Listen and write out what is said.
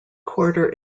quarter